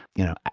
you know,